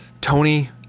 Tony